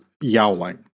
yowling